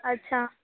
अच्छा